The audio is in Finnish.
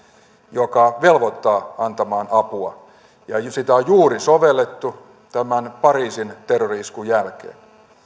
joka velvoittaa antamaan apua ja sitä on juuri sovellettu tämän pariisin terrori iskun jälkeen